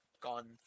Gone